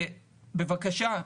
ובבקשה,